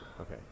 Okay